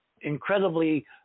incredibly